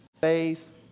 faith